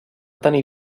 tenir